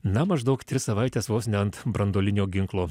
na maždaug tris savaites vos ne ant branduolinio ginklo